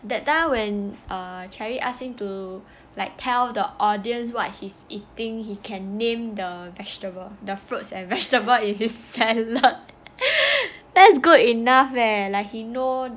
that time when cherry asked him to like tell the audience what he's eating he can name the vegetable the fruits and vegetable in his cabinet that's good enough leh like he know